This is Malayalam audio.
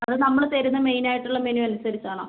അത് നമ്മള് തരുന്ന മെയിൻ ആയിട്ടുള്ള മെനു അനുസരിച്ചാണോ